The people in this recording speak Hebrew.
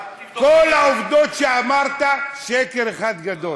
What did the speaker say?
כל העובדות שאמרת, שקר אחד גדול.